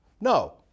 No